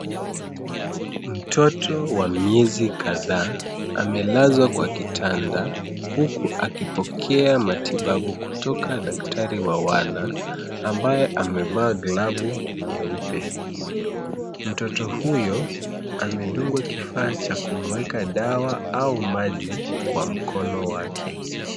Mtoto wa miezi kadhaa amelazwa kwa kitanda huku akipokea matibabu kutoka daktari wa wana ambaye amevaa glavu nyeupe. Mtoto huto amedungwa kifaa cha kumweka dawa au maji kwa mkono wake.